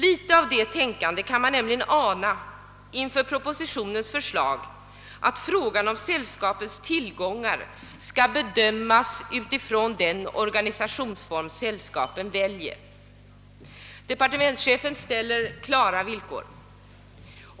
Litet av det tänkandet kan man nämligen ana inför propositionens förslag att frågan om sällskapens tillgångar skall bedömas utifrån den organisationsform sällskapen väljer. Departementschefen ställer klara villkor.